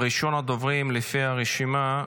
ראשון הדוברים, לפי הרשימה,